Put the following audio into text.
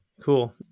Cool